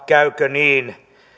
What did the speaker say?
käykö niin